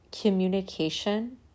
communication